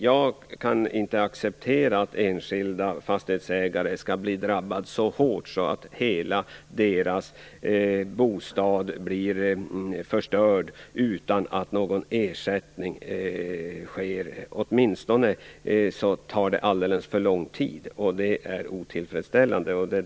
Jag kan inte acceptera att enskilda fastighetsägare skall bli så hårt drabbade att hela deras bostäder blir förstörda utan att de får någon ersättning. Om ersättning utbetalas tar det alldeles för lång tid, vilket är otillfredsställande.